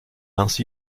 ainsi